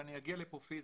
אני אגיע לפה פיזית,